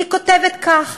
היא כותבת כך: